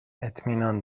اطمینان